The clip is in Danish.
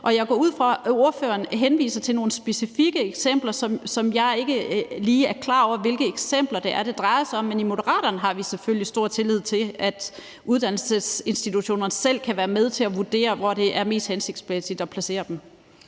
og jeg går ud fra, at ordføreren henviser til nogle specifikke eksempler, hvor jeg ikke lige er klar over, hvilke eksempler det drejer sig om. Men i Moderaterne har vi selvfølgelig stor tillid til, at uddannelsesinstitutionerne selv kan være med til at vurdere, hvor det er mest hensigtsmæssigt at placere dem.